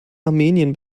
armenien